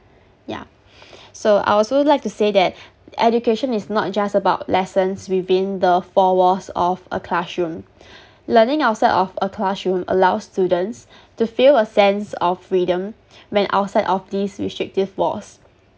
yeah so I would also like to say that education is not just about lessons within the four walls of a classroom learning outside of a classroom allow students to feel a sense of freedom when outside of these restrictive walls